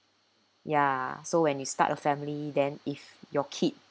ya so when you start a family then if your kid